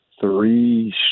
three